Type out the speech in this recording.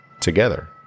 together